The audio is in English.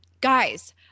guys